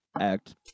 act